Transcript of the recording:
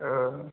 ओ